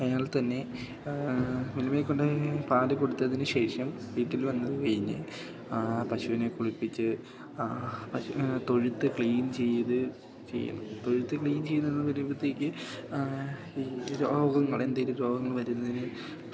അയാൾ തന്നെ മിൽമയിൽ കൊണ്ടുപോയി പാല് കൊടുത്തതിനു ശേഷം വീട്ടിൽ വന്നത് കഴിഞ്ഞ് ആ പശുവിനെ കുളിപ്പിച്ച് പശുത്തൊഴുത്ത് ക്ലീൻ ചെയ്ത് ചെയ്യണം തൊഴുത്ത് ക്ലീൻ ചെയ്തു വരുമ്പോഴത്തേക്ക് ഈ രോഗങ്ങള് എന്തേലും രോഗങ്ങൾ വരുന്നതിന്